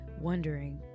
wondering